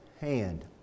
hand